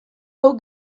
hau